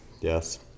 yes